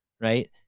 right